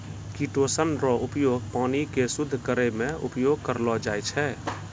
chitosan रो उपयोग पानी के शुद्ध करै मे उपयोग करलो जाय छै